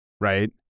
Right